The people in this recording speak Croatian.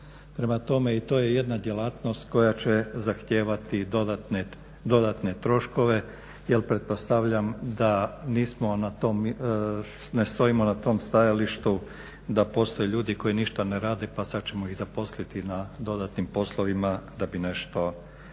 Prema tome, i to je jedna djelatnost koja će zahtijevati i dodatne troškove jer pretpostavljam da nismo na tom, ne stojimo na tom stajalištu da postoje ljudi koji ništa ne rade, pa sad ćemo ih zaposliti na dodatnim poslovima da bi nešto radili.